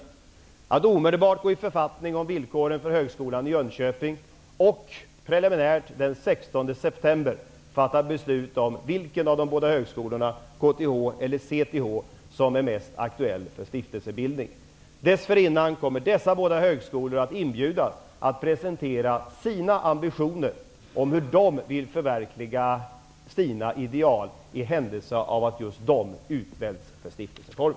Vi skall omdelbart gå i författning om villkoren för högskolan i Jönköping och preliminärt den 16 september fatta beslut om vilken av de båda högskolorna KTC eller CTH som är mest aktuell för stiftelsebildning. Dessförinnan kommer representanter för dessa båda högskolor att inbjudas att presentera sina ambitioner om hur de vill förverkliga sina ideal i händelse av att just deras högskola utväljs för stiftelseform.